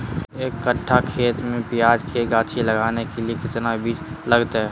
एक कट्ठा खेत में प्याज के गाछी लगाना के लिए कितना बिज लगतय?